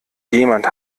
jemand